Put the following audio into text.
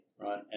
right